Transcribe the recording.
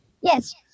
Yes